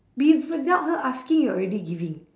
be if without her asking you're already giving